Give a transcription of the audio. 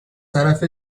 طرف